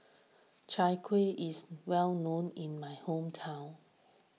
Chai Kueh is well known in my hometown